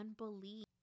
unbelief